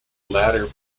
later